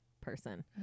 person